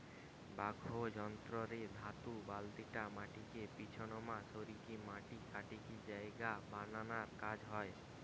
backhoe যন্ত্র রে ধাতু বালতিটা মাটিকে পিছনমা সরিকি মাটি কাটিকি জায়গা বানানার কাজ হয়